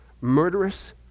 murderous